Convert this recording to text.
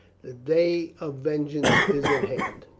the day of vengeance is at hand.